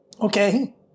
Okay